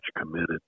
committed